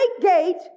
gate